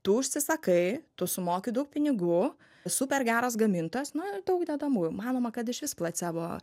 tu užsisakai tu sumoki daug pinigų super geras gamintojas na daug dedamųjų manoma kad išvis placebo